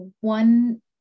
one